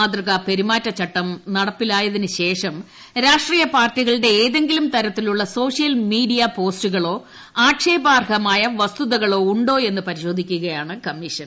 മാതൃകാ പെരുമാറ്റ ചട്ടം നടപ്പിലായതിന് ശേഷം രാഷ്ട്രീയ പാർട്ടികളുടെ ഏതെങ്കിലും തരത്തിലുള്ള സോഷ്യൽ മീഡിയ പോസ്റ്റുകളോ ആക്ഷേപാർഹമായ വസ്തുതകളോ ഉണ്ടോയെന്ന് പരിശോധിക്കുകയാണ് കമ്മീഷൻ